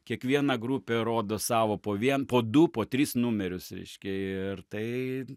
kiekviena grupė rodo savo po vien po du po tris numerius reiškia ir tai